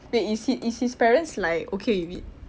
wait is he is his parents like okay with it